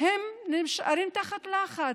הם נשארים תחת לחץ.